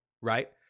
right